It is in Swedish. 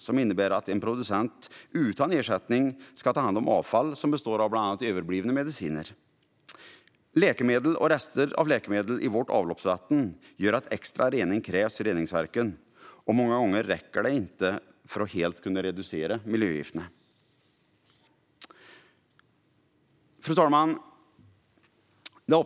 Det innebär att en producent utan ersättning ska ta hand om avfall som består av bland annat överblivna mediciner. Läkemedel och rester av läkemedel i vårt avloppsvatten gör att extra rening krävs vid reningsverken, och många gånger räcker det inte för att helt reducera miljögifterna. Fru talman!